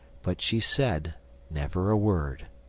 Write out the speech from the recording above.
but she said never a word.